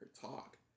talk